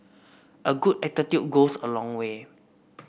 a good attitude goes a long way